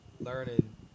learning